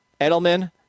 Edelman